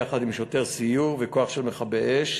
יחד עם שוטר סיור וכוח של מכבי אש,